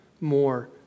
more